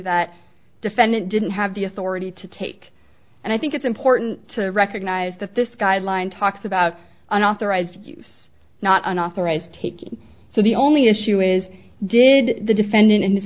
the defendant didn't have the authority to take and i think it's important to recognize that this guideline talks about unauthorized use not unauthorized taking so the only issue is did the defendant in this